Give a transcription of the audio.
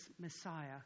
Messiah